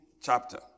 chapter